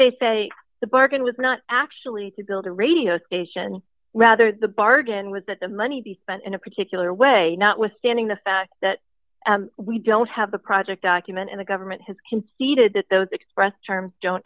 they say the bargain with not actually to build a radio station rather the bargain was that the money be spent in a particular way notwithstanding the fact that we don't have the project document and the government has conceded that the express term don't